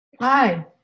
Hi